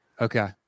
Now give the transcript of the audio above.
Okay